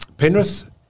Penrith